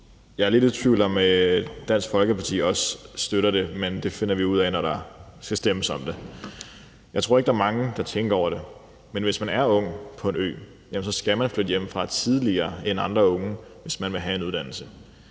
Jeg er lidt i tvivl om, om Dansk Folkeparti også støtter det, men det finder vi ud af, når der skal stemmes om det. Jeg tror ikke, at der er mange, der tænker over det, men hvis man er ung på en ø, så skal man flytte hjemmefra tidligere end andre unge, hvis man vil have en uddannelse.